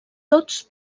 tots